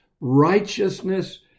righteousness